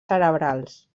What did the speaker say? cerebrals